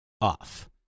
off